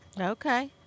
Okay